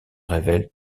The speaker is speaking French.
révèle